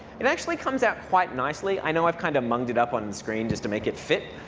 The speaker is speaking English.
it actually comes out quite nicely. i know i've kind of munged it up on the screen just to make it fit.